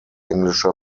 englischer